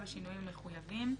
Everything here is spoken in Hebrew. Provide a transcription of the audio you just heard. בשינויים המחויבים.